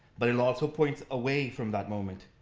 but it also points away from that moment,